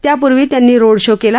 त्यापूर्वी त्यांनी road show केला